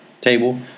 table